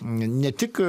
ne tik